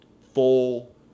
full